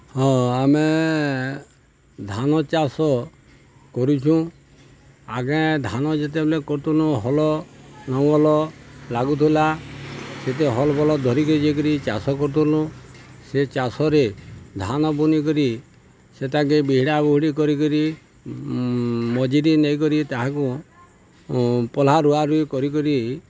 ହଁ ଆମେ ଧାନ ଚାଷ କରୁଛୁଁ ଆଗେ ଧାନ ଯେତେବେଲେ କରୁଥିଲୁ ହଲ ନଙ୍ଗଲ ଲାଗୁଥିଲା ସେତେ ହଲ୍ ବଲଦ୍ ଧରିକି ଯାଇକରି ଚାଷ କରୁୁଥିଲୁ ସେ ଚାଷରେ ଧାନ ବୁନିକରି ସେଟାକେ ବିହିଡ଼ା ବୁହୁଡ଼ି କରିକରି ମଜୁରି ନେଇକରି ତାହାକୁ ପଲ୍ହା ରୁଆ ରୁଇ କରିକରି